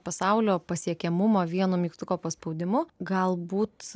pasaulio pasiekiamumo vienu mygtuko paspaudimu galbūt